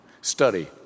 study